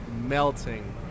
melting